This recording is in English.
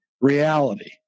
reality